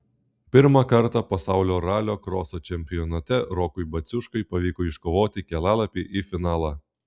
pirmą kartą pasaulio ralio kroso čempionate rokui baciuškai pavyko iškovoti kelialapį į finalą